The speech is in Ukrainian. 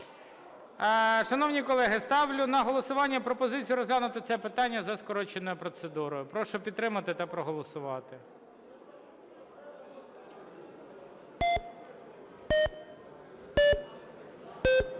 Шановні колеги, ставлю на голосування пропозицію розглянути це питання за скороченою процедурою. Прошу підтримати та проголосувати.